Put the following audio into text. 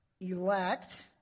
elect